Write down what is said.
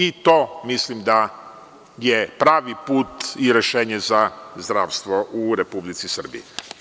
I to mislim da je pravi put i rešenje za zdravstvo u Republici Srbiji.